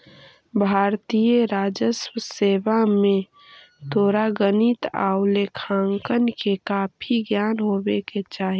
भारतीय राजस्व सेवा में तोरा गणित आउ लेखांकन के काफी ज्ञान होवे के चाहि